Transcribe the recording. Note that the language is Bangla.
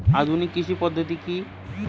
আধুনিক কৃষি পদ্ধতি কী?